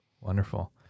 Wonderful